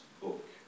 Book